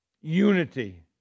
Unity